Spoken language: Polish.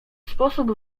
sposób